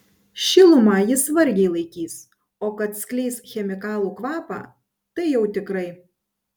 šilumą jis vargiai laikys o kad skleis chemikalų kvapą tai jau tikrai